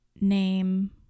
name